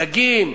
דגים.